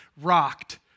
rocked